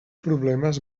problemes